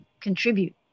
contribute